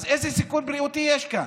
אז איזה סיכון בריאותי יש כאן.